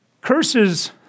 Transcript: curses